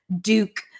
Duke